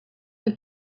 que